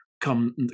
come